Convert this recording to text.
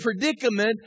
predicament